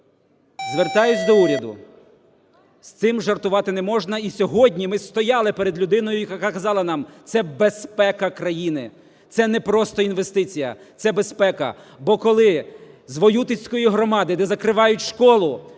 Звертаюсь до уряду: з цим жартувати не можна. І сьогодні ми стояли перед людиною, яка казала нам, це безпека країни, це не просто інвестиція, це безпека. Бо коли з Воютицької громади, де закривають школу,